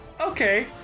Okay